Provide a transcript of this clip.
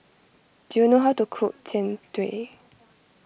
do you know how to cook Jian Dui